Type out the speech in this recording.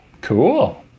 Cool